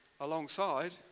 alongside